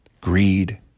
greed